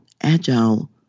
Agile